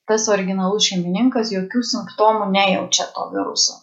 tas originalus šeimininkas jokių simptomų nejaučia to viruso